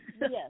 Yes